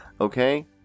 Okay